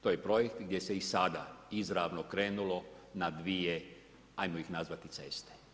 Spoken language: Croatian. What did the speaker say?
To je projekt gdje se i sada izravno krenulo na dvije ajmo ih nazvati ceste.